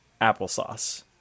Applesauce